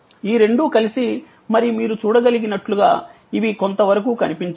ఈ రెండు కలిసి మరియు మీరు చూడగలిగినట్లుగా ఇవి కొంతవరకు కనిపించవు